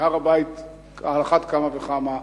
והר-הבית על אחת כמה וכמה.